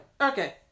okay